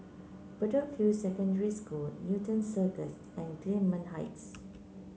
Bedok View Secondary School Newton Cirus and Gillman Heights